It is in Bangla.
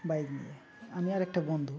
বাইক নিয়ে আমি আর একটা বন্ধু